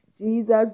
Jesus